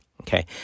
Okay